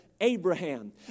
Abraham